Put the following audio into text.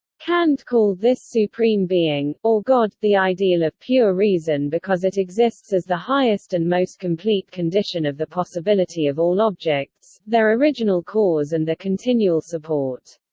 kant called this supreme being, or god, the ideal of pure reason because it exists as the highest and most complete condition of the possibility of all objects, their original cause and their continual support.